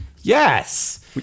Yes